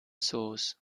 source